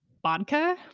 vodka